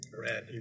Red